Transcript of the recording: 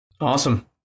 Awesome